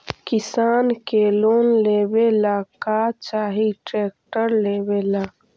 किसान के लोन लेबे ला का चाही ट्रैक्टर लेबे ला?